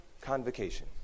convocation